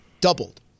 doubled